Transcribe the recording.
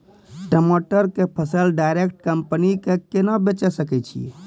टमाटर के फसल डायरेक्ट कंपनी के केना बेचे सकय छियै?